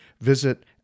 Visit